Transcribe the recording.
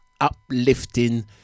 uplifting